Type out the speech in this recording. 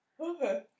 Okay